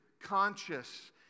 conscious